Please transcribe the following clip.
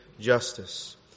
justice